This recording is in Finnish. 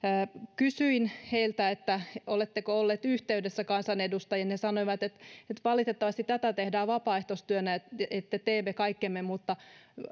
kysyin heiltä että oletteko olleet yhteydessä kansanedustajiin he sanoivat että että valitettavasti tätä tehdään vapaaehtoistyönä että että teemme kaikkemme mutta